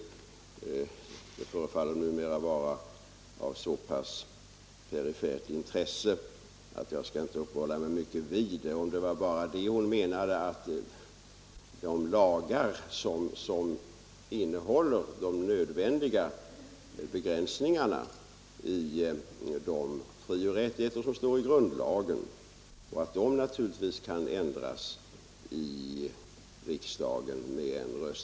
Om det hon menade bara var att de lagar som innehåller de nödvändiga begränsningarna i de frioch rättigheter som står i grundlagen kan ändras med bara en rösts majoritet, Nr 149 så är det naturligtvis riktigt. Det förefaller emellertid numera vara av Fredagen den så perifert intresse att jag inte skall uppehålla mig mer vid det.